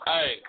Hey